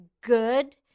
good